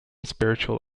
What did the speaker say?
spiritual